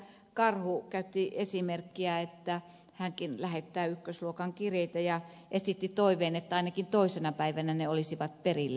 karhu käytti esimerkkiä että hänkin lähettää ykkösluokan kirjeitä ja esitti toiveen että ainakin toisena päivänä ne olisivat perillä